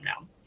now